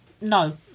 no